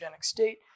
state